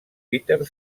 peter